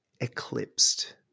eclipsed